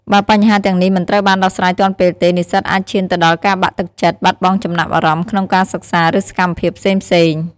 បើបញ្ហាទាំងនេះមិនត្រូវបានដោះស្រាយទាន់ពេលទេ និស្សិតអាចឈានទៅដល់ការបាក់ទឹកចិត្ត បាត់បង់ចំណាប់អារម្មណ៍ក្នុងការសិក្សា ឬសកម្មភាពផ្សេងៗ។